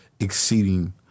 exceeding